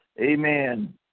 amen